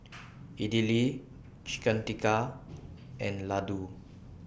Idili Chicken Tikka and Ladoo